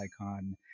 icon